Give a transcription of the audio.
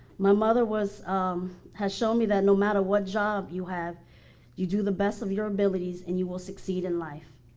my mother was has shown me that no matter what job you have you do the best of your abilities and you will succeed in life.